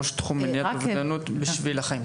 ראש תחום מניעת אובדנות בשביל החיים,